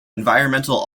environmental